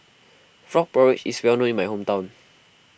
Frog Porridge is well known in my hometown